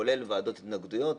כולל ועדות התנגדויות.